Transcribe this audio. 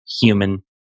human